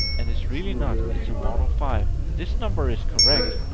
and it's really not. it's a model five. this number is correct.